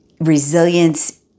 resilience